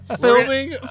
Filming